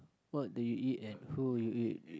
what did you eat and who you eat with